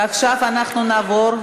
ועכשיו אנחנו נעבור,